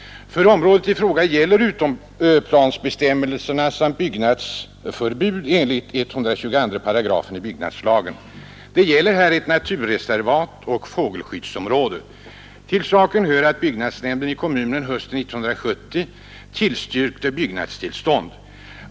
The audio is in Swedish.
För området i fråga gäller utomplansbestämmelser samt byggnadsförbud enligt 122 8 byggnadslagen; det är nämligen fråga om ett naturreservat och fågelskyddsområde. Till saken hör att byggnadsnämnden i kommunen hösten 1970 tillstyrkte byggnadstillstånd.